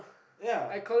ya